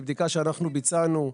מבדיקה שאנחנו ביצענו,